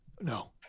No